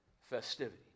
festivity